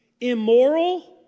immoral